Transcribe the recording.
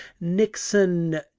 nixon